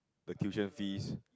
the tuition fees